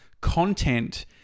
content